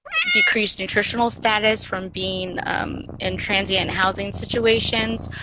decreased nutritional status from being in transient housing situations,